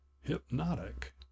hypnotic